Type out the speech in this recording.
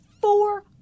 four